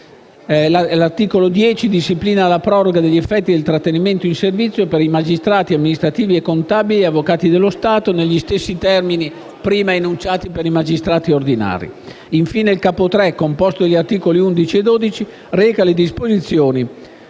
L'articolo 10 disciplina la proroga degli effetti del trattenimento in servizio dei magistrati amministrativi e contabili e avvocati dello Stato negli stessi termini enunciati per i magistrati ordinari. Infine, il Capo III, composto dagli articoli 11 e 12, reca le disposizioni